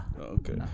Okay